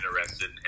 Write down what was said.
interested